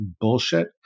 bullshit